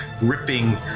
ripping